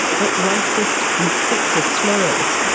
but racist and sexist slurs.